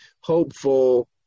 hopeful